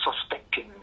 suspecting